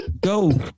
Go